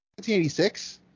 1986